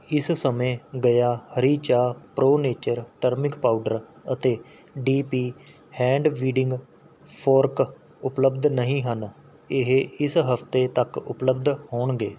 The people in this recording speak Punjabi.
ਇਸ ਸਮੇਂ ਗਯਾ ਹਰੀ ਚਾਹ ਪ੍ਰੋ ਨੇਚਰ ਟਰਮਿਕ ਪਾਊਡਰ ਅਤੇ D P hand weeding fork ਉਪਲਬਧ ਨਹੀਂ ਹਨ ਇਹ ਇਸ ਹਫ਼ਤੇ ਤੱਕ ਉਪਲਬਧ ਹੋਣਗੇ